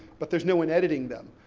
but there's no one editing them.